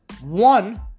One